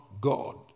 God